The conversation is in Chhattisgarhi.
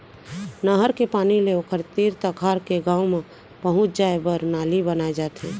नहर के पानी ले ओखर तीर तखार के गाँव म पहुंचाए बर नाली बनाए जाथे